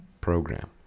program